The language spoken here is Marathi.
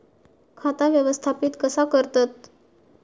खाता व्यवस्थापित कसा करतत?